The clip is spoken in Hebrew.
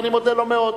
ואני מודה לו מאוד.